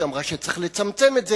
שאמרה שצריך לצמצם את זה,